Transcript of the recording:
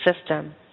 system